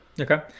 Okay